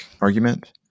argument